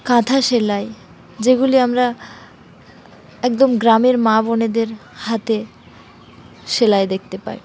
কাঁথা সেলাই যেগুলি আমরা একদম গ্রামের মা বোনেদের হাতে সেলাই দেখতে পাই